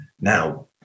Now